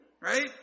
right